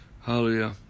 Hallelujah